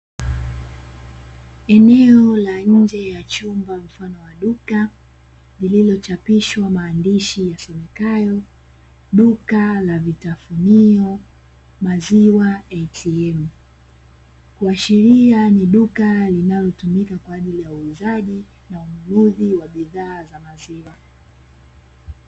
Eneo la nje ya chumba mfano wa duka, lililochapishwa maandishi yasomekayo "Duka la vitafunio maziwa ATM". Kuashiria ni duka linalotumika kwa ajili ya uuzaji na ununuzi wa bidhaa za maziwa.